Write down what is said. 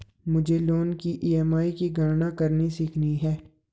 मुझे लोन की ई.एम.आई की गणना करनी सीखनी है